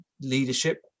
leadership